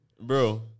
Bro